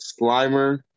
Slimer